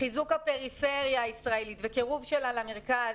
חיזוק הפריפריה הישראלית וקירובה למרכז,